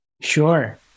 Sure